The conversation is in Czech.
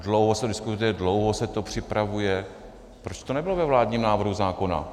Dlouho se diskutuje, dlouho se to připravuje proč to nebylo ve vládním návrhu zákona?